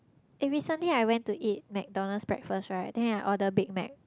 eh recently I went to eat McDonalds breakfast right then I order Big-Mac